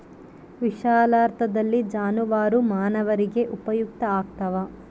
ವಿಶಾಲಾರ್ಥದಲ್ಲಿ ಜಾನುವಾರು ಮಾನವರಿಗೆ ಉಪಯುಕ್ತ ಆಗ್ತಾವ